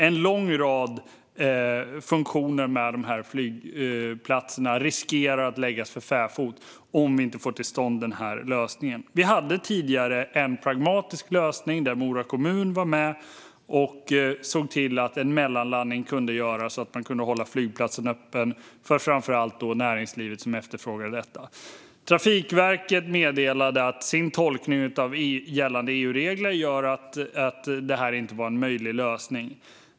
En lång rad av dessa flygplatsers funktioner riskerar att läggas för fäfot om vi inte får till stånd en lösning på detta. Vi hade tidigare en pragmatisk lösning där Mora kommun var med och såg till att en mellanlandning kunde göras och att man kunde hålla flygplatsen öppen för framför allt näringslivet, som efterfrågade detta. Trafikverket meddelade att deras tolkning av gällande EU-regler gör att detta inte var en möjlig lösning.